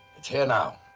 it's here now.